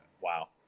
wow